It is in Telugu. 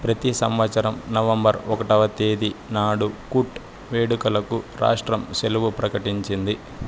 ప్రతి సంవత్సరం నవంబర్ ఒకటవ తేదీ నాడు కుట్ వేడుకలకు రాష్ట్రం సెలవు ప్రకటించింది